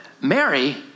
Mary